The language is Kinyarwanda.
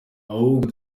ahubwo